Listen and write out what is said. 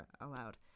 allowed